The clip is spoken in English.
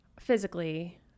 physically